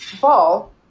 ball